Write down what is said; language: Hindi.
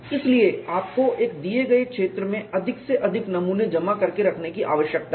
इसलिए आपको एक दिए गए क्षेत्र में अधिक से अधिक नमूने जमा करके रखने की आवश्यकता है